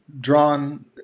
drawn